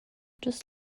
just